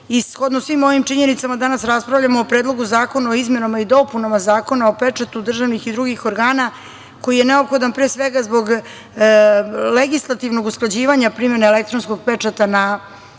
shodno svim ovim činjenicama, danas raspravljamo o Predlogu zakona o izmenama i dopunama Zakona o pečatu državnih i drugih organa, koji je neophodan, pre svega, zbog legislativnog usklađivanja primene elektronskog pečata na